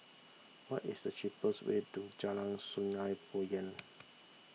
what is the cheapest way to Jalan Sungei Poyan